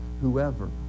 whoever